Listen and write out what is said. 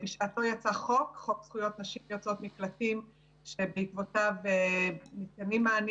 בשעתו יצא חוק זכויות נשים יוצאות מקלטים בעקבותיו ניתנים מענים